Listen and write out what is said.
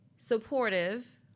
supportive